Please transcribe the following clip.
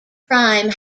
prime